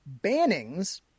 Bannings